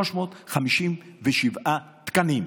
357 תקנים.